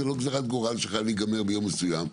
זו לא גזירת גורל שחייב להיגמר ביום מסוים.